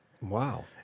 wow